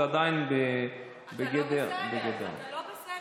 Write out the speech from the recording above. זה עדיין בגדר, אתה לא בסדר.